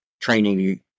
training